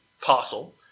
parcel